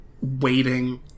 waiting